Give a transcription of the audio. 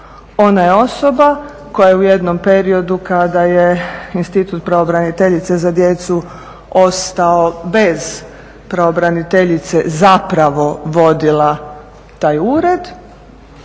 ona je osoba koja je u jednom periodu kada je institut pravobraniteljice za djecu ostao bez pravobraniteljice zapravo vodila taj ured,